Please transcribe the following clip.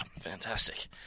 fantastic